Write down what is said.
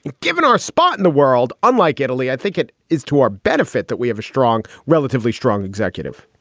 given our spot in the world, unlike italy, i think it is to our benefit that we have a strong, relatively strong executive